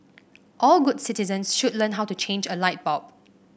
all good citizens should learn how to change a light bulb